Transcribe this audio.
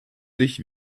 sich